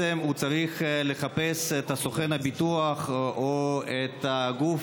הוא צריך לחפש את סוכנות הביטוח או את הגוף